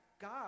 God